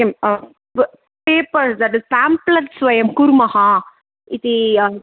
किं प् papers pamphlets वयं कुर्मः इति